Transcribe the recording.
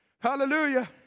Hallelujah